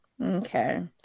Okay